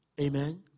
Amen